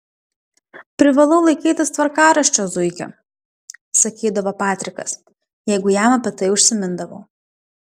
privalau laikytis tvarkaraščio zuiki sakydavo patrikas jeigu jam apie tai užsimindavau